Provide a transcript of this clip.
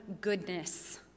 goodness